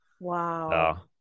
Wow